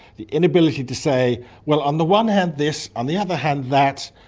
the inability to say, well, on the one hand this, on the other hand that,